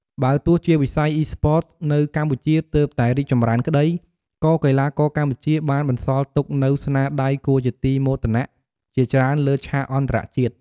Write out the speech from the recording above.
បើទោះជាវិស័យ Esports នៅកម្ពុជាទើបតែរីកចម្រើនក្តី ក៏កីឡាករកម្ពុជាបានបន្សល់ទុកនូវស្នាដៃគួរជាទីមោទនៈជាច្រើនលើឆាកអន្តរជាតិ។